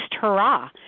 hurrah